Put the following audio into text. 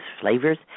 flavors